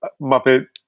Muppet